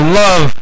love